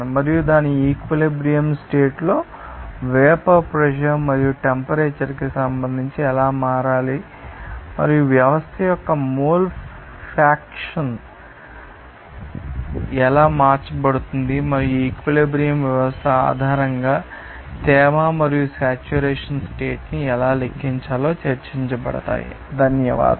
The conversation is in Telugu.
మరియు దాని ఈక్విలిబ్రియం స్టేట్ లో వేపర్ ప్రెషర్ మరియు టెంపరేచర్కి సంబంధించి ఎలా మారాలి మరియు వ్యవస్థ యొక్క మోల్ ఫ్యాక్షన్ ఎలా మార్చబడుతుంది మరియు ఈ ఈక్విలిబ్రియం వ్యవస్థ ఆధారంగా తేమ మరియు సెట్యురేషన్ స్టేట్ ని ఎలా లెక్కించాలో చర్చించబడతాయి ధన్యవాదాలు